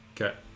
Okay